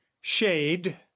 shade